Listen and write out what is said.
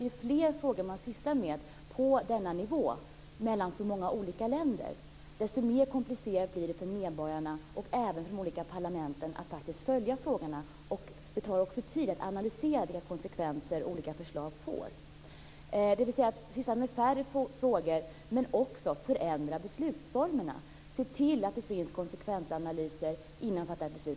Ju fler frågor man sysslar med på denna nivå mellan så många olika länder, desto mer komplicerat blir det för medborgarna och de olika parlamenten att följa frågorna. Det tar också tid att analysera vilka konsekvenser olika förslag får. Man borde också förändra beslutsformerna och se till att det finns konsekvensanalyser innan man fattar beslut.